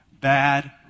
bad